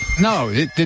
No